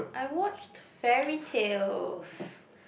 I watched fairytales